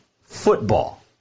football